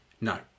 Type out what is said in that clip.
No